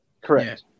Correct